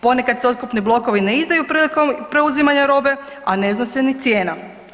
Ponekad se otkupni blokovi ne izdaju prilikom preuzimanja robe, a ne zna se ni cijena.